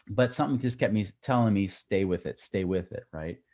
but something just kept me telling me, stay with it, stay with it. right?